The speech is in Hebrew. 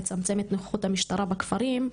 ולצמצם את נוכחות המשטרה בכפרים,